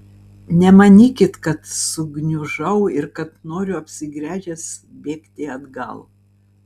nemanykit kad sugniužau ir kad noriu apsigręžęs bėgti atgal